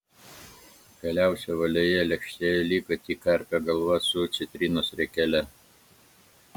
galiausiai ovalioje lėkštėje liko tik karpio galva su citrinos riekele